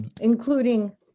including